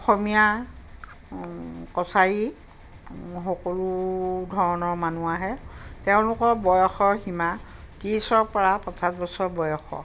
অসমীয়া কছাৰী সকলো ধৰণৰ মানুহ আহে তেওঁলোকৰ বয়সৰ সীমা ত্ৰিছৰ পৰা পঞ্চাছ বছৰ বয়স